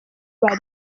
bari